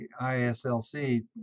ISLC